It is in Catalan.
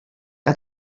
que